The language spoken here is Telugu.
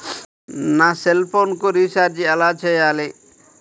నా సెల్ఫోన్కు రీచార్జ్ ఎలా చేయాలి?